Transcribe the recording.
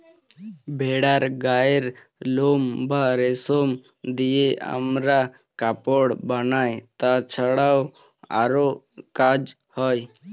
ভেড়ার গায়ের লোম বা রেশম দিয়ে আমরা কাপড় বানাই, তাছাড়াও আরো কাজ হয়